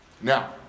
Now